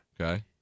Okay